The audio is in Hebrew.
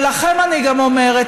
ולכן אני גם אומרת,